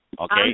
Okay